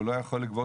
הוא לא יכול לגבות,